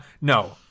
no